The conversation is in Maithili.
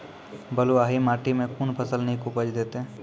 बलूआही माटि मे कून फसल नीक उपज देतै?